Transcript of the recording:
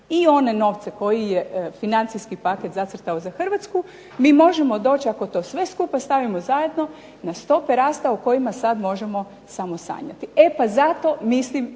i one novce koji je financijski paket zacrtao za Hrvatsku, mi možemo doći kada sve to skupa stavimo zajedno na stope raste u kojima sada možemo samo sanjati. E pa zato mislim